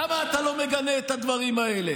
למה אתה לא מגנה את הדברים האלה?